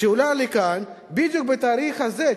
שעולה לכאן בדיוק בתאריך הזה,